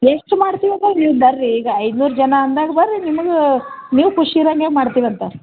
ಎಷ್ಟು ಮಾಡ್ತೀವಿ ಅಂದರೆ ನೀವು ಬರ್ರಿ ಈಗ ಐದ್ನೂರು ಜನ ಅಂದಾಗ ಬರ್ರಿ ನಿಮ್ಗೆ ನೀವು ಖುಷಿ ಇರೋಂಗೆ ಮಾಡ್ತೀವಂತ